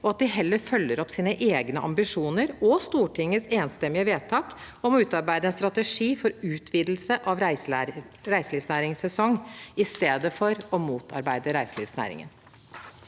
og at de heller fulgte opp sine egne ambisjoner og Stortingets enstemmige vedtak om å utarbeide en strategi for utvidelse av reiselivsnæringens sesong – i stedet for å motarbeide reiselivsnæringen.